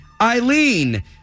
Eileen